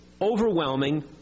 overwhelming